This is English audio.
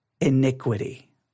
iniquity